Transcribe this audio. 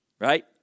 Right